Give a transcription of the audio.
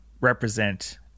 represent